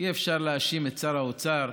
אי-אפשר להאשים את שר האוצר,